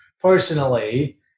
personally